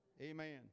Amen